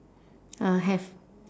uh have